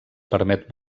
permet